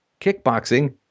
kickboxing